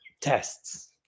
tests